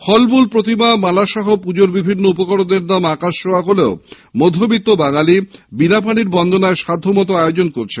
ফলমূল প্রতিমা মালা সহ পুজোর বিভিন্ন উপকরণের দাম আকাশছোঁয়া হলেও মধ্যবিত্ত বাঙালী বীণাপানির বন্দনায় সাধ্যমতো আয়োজন করছেন